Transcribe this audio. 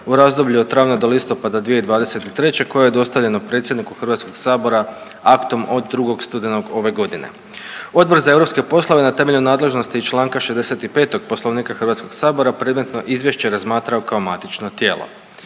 u razdoblju od travnja do listopada 2023. koje je dostavljeno predsjedniku HS-a aktom od 2. studenog ove godine. Odbor za europske poslove na temelju nadležnosti iz čl. 65. Poslovnika HS-a predmetno izvješće razmatrao kao matično tijelo.